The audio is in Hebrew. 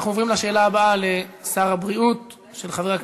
אנחנו עוברים לשאילתה הבאה לשר הבריאות,